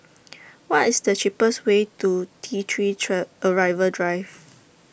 What IS The cheapest Way to T three Arrival Drive